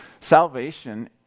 salvation